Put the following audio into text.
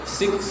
six